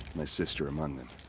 my sister among them.